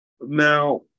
Now